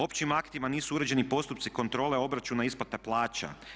Općim aktima nisu uređeni postupci kontrole obračuna isplate plaća.